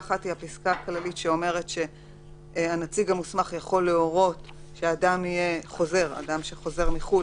זו הפסקה הכללית שאומרת שהנציג המוסמך יכול להורות שאדם שחוזר מחו"ל